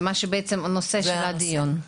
זה בעצם הנושא של הדיון.